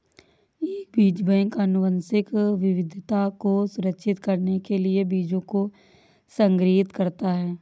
एक बीज बैंक आनुवंशिक विविधता को संरक्षित करने के लिए बीजों को संग्रहीत करता है